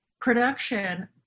production